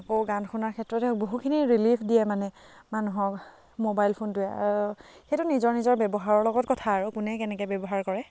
আকৌ গান শুনাৰ ক্ষেত্ৰত বহুখিনি ৰিলিফ দিয়ে মানে মানুহক মোবাইল ফোনটোৱে সেইটো নিজৰ নিজৰ ব্যৱহাৰৰ লগত কথা আৰু কোনে কেনেকৈ ব্যৱহাৰ কৰে